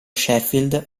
sheffield